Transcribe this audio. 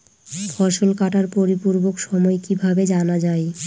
ফসল কাটার পরিপূরক সময় কিভাবে জানা যায়?